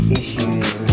issues